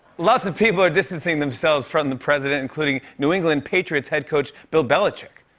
lots of people are distancing themselves from the president, including new england patriots head coach bill belichick.